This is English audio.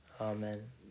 Amen